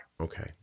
Okay